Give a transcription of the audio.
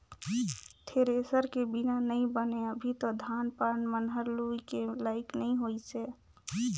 thresher के बिना नइ बने अभी तो धान पान मन हर लुए के लाइक नइ होइसे